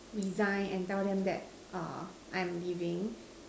resign and tell them that err I am leaving